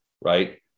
right